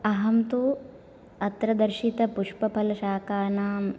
अहं तु अत्र दर्शितपुष्पपलशाखानां